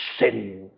sin